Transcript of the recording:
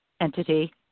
entity